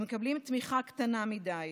הם מקבלים תמיכה קטנה מדי.